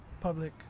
public